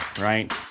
right